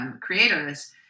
creators